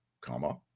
comma